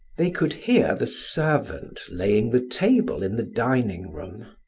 they could hear the servant laying the table in the dining-room.